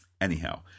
Anyhow